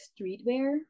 streetwear